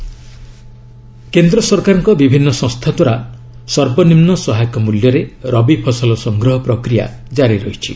wheat MSP କେନ୍ଦ୍ର ସରକାରଙ୍କ ବିଭିନ୍ନ ସଂସ୍ଥାଦ୍ୱାରା ସର୍ବନିମ୍ନ ସହାୟକ ମୂଲ୍ୟରେ ରବି ଫସଲ ସଂଗ୍ରହ ପ୍ରକ୍ରିୟା ଜାରି ରହିଛି